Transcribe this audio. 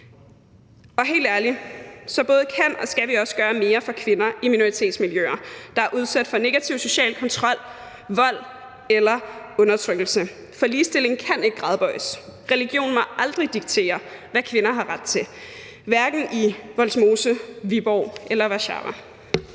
Og helt ærligt, så både kan og skal vi også gøre mere for kvinder i minoritetsmiljøer, der er udsat for negativ social kontrol, vold eller undertrykkelse, for ligestilling kan ikke gradbøjes. Religion må aldrig diktere, hvad kvinder har ret til, hverken i Vollsmose, Viborg eller Warszawa.